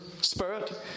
spirit